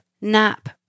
nap